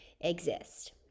exist